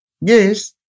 Yes